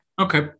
Okay